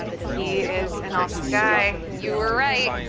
he is an awesome guy. you were right.